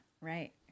Right